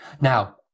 Now